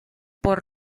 por